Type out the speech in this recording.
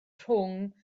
rhwng